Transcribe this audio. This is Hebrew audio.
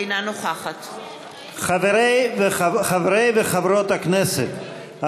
אינה נוכחת חברי וחברות הכנסת,